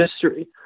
history